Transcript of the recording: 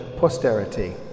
posterity